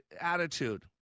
attitude